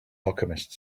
alchemist